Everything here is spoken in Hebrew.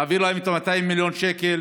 תעביר להם את ה-200 מיליון שקל